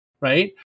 right